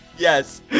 Yes